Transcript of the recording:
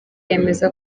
yemeza